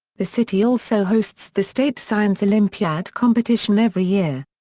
the city also hosts the state science olympiad competition every year.